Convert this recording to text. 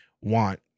want